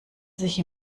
sich